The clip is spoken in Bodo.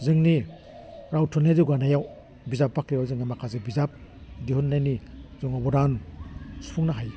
जोंनि राव थुनलाइ जौगानायाव बिजाब बाख्रियाव जोङो माखासे बिजाब दिहुन्नायनि जों अभ'दान सुफुंनो हायो